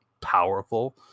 powerful